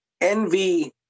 envy